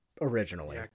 originally